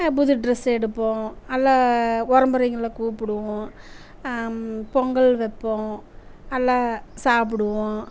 புது டிரஸ்ஸு எடுப்போம் எல்லா உறம்பறைங்கள கூப்பிடுவோம் பொங்கல் வைப்போம் எல்லா சாப்பிடுவோம்